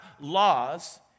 laws